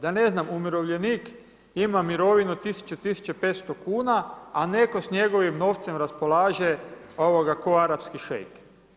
Da ne znam umirovljenik ima mirovinu 100-1500 kn, a netko s njegovim novcem raspolaže ko arapski šeik.